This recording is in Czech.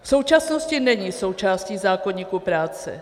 V současnosti není součástí zákoníku práce.